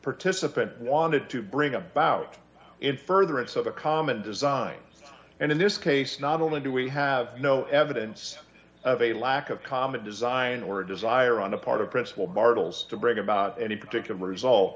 participant wanted to bring about in furtherance of a common design and in this case not only do we have no evidence of a lack of common designer or desire on the part of principal bartels to bring about any particular result